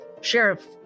Sheriff